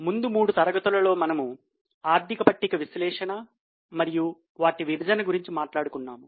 ముందు మూడు తరగతులలో మనము ఆర్థిక పట్టిక విశ్లేషణ మరియు వాటి విభజన గురించి మాట్లాడుకున్నాం